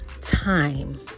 time